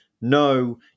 No